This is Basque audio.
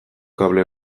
kable